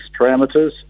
parameters